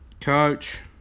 Coach